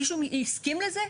מישהו הסכים לזה?